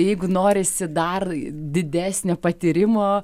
jeigu norisi dar didesnio patyrimo